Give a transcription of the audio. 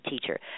teacher